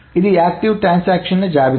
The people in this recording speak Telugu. ఇది యాక్టివ్ ట్రాన్సాక్షన్స్ జాబితా